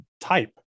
type